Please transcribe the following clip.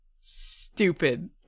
Stupid